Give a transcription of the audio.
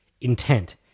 Intent